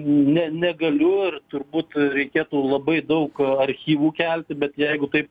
ne negaliu ir turbūt reikėtų labai daug archyvų kelti bet jeigu taip